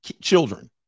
children